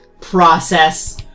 Process